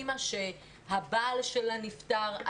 אימא שהבעל שלה נפטר,